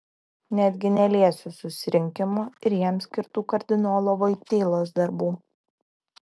netgi neliesiu susirinkimo ir jam skirtų kardinolo voitylos darbų